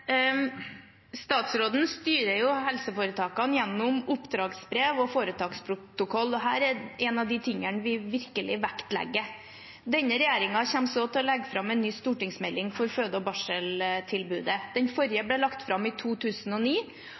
Statsråden styrer helseforetakene gjennom oppdragsbrev og foretaksprotokoll, og dette er en av de tingene vi virkelig vektlegger. Denne regjeringen kommer til å legge fram en ny stortingsmelding for føde- og barseltilbudet. Den forrige ble lagt fram i 2009,